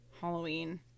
Halloween